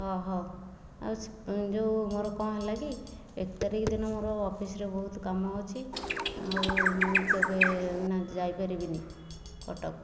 ଓ ହୋ ଯେଉଁ ମୋର କ'ଣ ହେଲା କି ଏକ ତାରିଖ୍ ଦିନ ମୋର ଅଫିସରେ ବହୁତ କାମ ଅଛି ଆଉ ମୁଁ ତ ଏବେ ଯାଇପାରିବିନି କଟକ